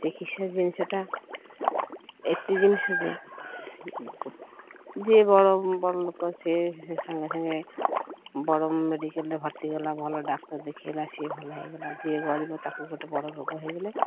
ଚିକିତ୍ସା ଜିନିଷଟା ଏତେ ଜିନିଷ ଯେ ଯିଏ ବଡ଼ ବଡ଼ ଲୋକ ସିଏ ସାଙ୍ଗେ ସାଙ୍ଗେ ବଡ଼ ମେଡ଼ିକାଲ୍ରେ ଭର୍ତ୍ତିଗଲା ଭଲ ଡାକ୍ତର ଦେଖେଇଲା ସିଏ ଭଲ ହେଇଗଲା ଯିଏ ଗରିବ ତାକୁ ଗୋଟେ ବଡ଼ ରୋଗ ହେଇଗଲେ